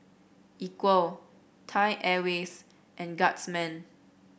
Equal Thai Airways and Guardsman